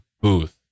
booth